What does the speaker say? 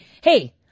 hey